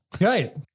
Right